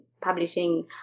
publishing